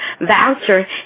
voucher